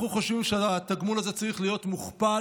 אנחנו חושבים שהתגמול הזה צריך להיות מוכפל,